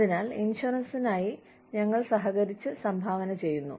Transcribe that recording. അതിനാൽ ഇൻഷുറൻസിനായി ഞങ്ങൾ സഹകരിച്ച് സംഭാവന ചെയ്യുന്നു